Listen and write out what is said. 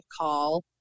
call